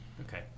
Okay